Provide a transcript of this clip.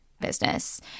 business